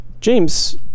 James